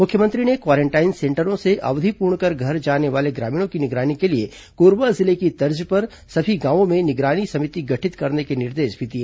मुख्यमंत्री ने क्वारेंटाइन सेंटरों से अवधि पूर्ण कर घर जाने वाले ग्रामीणों की निगरानी के लिए कोरबा जिले की तर्ज पर सभी गांवों में निगरानी समिति गठित करने के भी निर्देश दिए